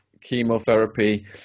chemotherapy